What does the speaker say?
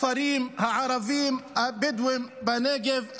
בכפרים הערביים הבדואיים בנגב,